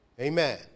amen